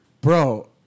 bro